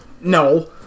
No